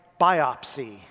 biopsy